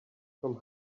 from